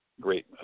great